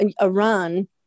Iran